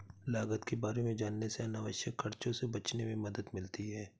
लागत के बारे में जानने से अनावश्यक खर्चों से बचने में मदद मिलती है